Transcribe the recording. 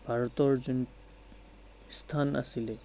ভাৰতৰ যোন স্থান আছিলে